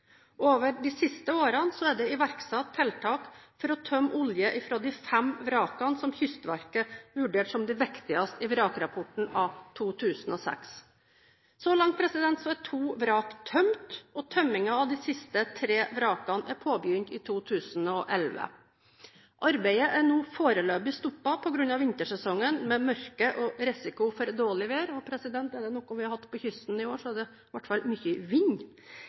Over de siste årene er det iverksatt tiltak for å tømme olje fra de fem vrakene som Kystverket vurderte som de viktigste i vrakrapporten av 2006. Så langt er to vrak tømt, og tømmingen av de siste tre vrakene ble påbegynt i 2011. Arbeidet er nå foreløpig stoppet på grunn av vintersesongen med mørke og risiko for dårlig vær. – Er det noe vi har hatt på kysten i år, så er det i hvert fall mye vind.